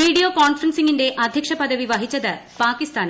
video കോൺഫറൻസിങ്ങിന്റെ അദ്ധ്യക്ഷപദവി വഹിച്ചത് പാകിസ്ഥാനാണ്